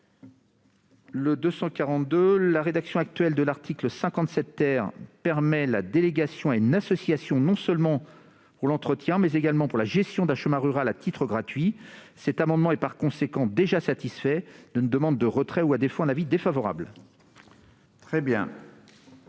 rectifié, la rédaction actuelle de l'article 57 permet la délégation à une association non seulement de l'entretien, mais également de la gestion d'un chemin rural à titre gratuit. L'amendement est par conséquent déjà satisfait : j'en demande le retrait ; à défaut, l'avis de la commission